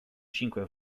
cinque